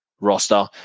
roster